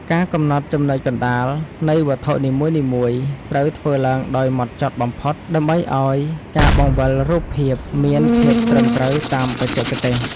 ការកំណត់ចំណុចកណ្តាលនៃវត្ថុនីមួយៗត្រូវធ្វើឡើងដោយហ្មត់ចត់បំផុត ដើម្បីឱ្យការបង្វិលរូបភាពមានភាពត្រឹមត្រូវតាមបច្ចេកទេស។